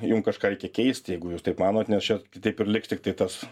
jum kažką reikia keisti jeigu jūs taip manot nes čia taip ir liks tiktai tas